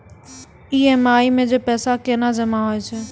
EMI मे जे पैसा केना जमा होय छै?